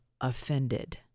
offended